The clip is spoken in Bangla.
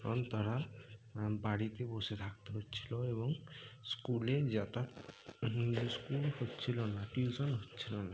কারণ তারা বাড়িতে বসে থাকতে হচ্ছিল এবং স্কুলে যাতায়াত স্কুল হচ্ছিল না টিউশন হচ্ছিল না